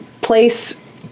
Place